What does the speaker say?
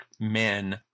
men